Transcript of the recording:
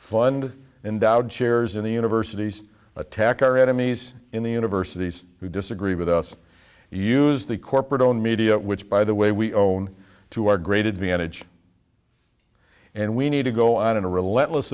fund and out chairs in the universities attack our enemies in the universities who disagree with us use the corporate owned media which by the way we own to our great advantage and we need to go out in a relentless